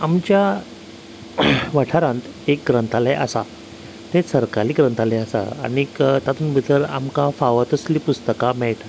आमच्या वाठारांत एक ग्रंथालय आसा तें सरकारी ग्रंथालय आसा आनीक तातूंत भितर आमकां फावो तसली पुस्तकां मेळटा